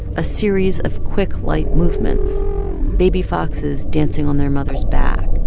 a series of quick, light movements baby foxes dancing on their mother's back,